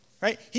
Right